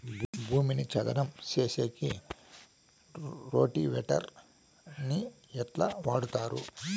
భూమిని చదరం సేసేకి రోటివేటర్ ని ఎట్లా వాడుతారు?